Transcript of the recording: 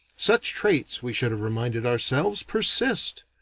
such traits, we should have reminded ourselves, persist.